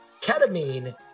Ketamine